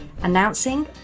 Announcing